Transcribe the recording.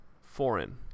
foreign